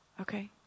Okay